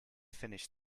finished